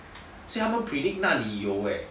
所以他们 predict 那里有 eh